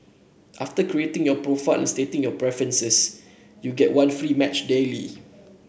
after creating your profile and stating your preferences you get one free match daily